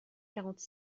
quarante